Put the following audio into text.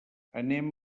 anem